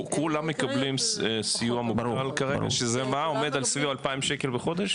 כולם מקבלים סיוע מוגדל כרגע שזה מה עומד סביב ה-2,000 שקל בחודש?